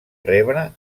rebre